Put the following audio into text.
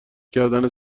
کردن